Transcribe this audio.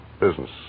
Business